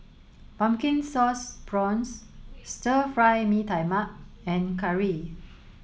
pumpkin sauce prawns Stir Fry Mee Tai Mak and curry